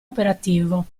operativo